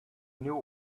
new